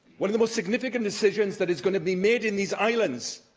one of the most significant decisions that is going to be made in these islands,